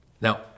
Now